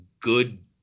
good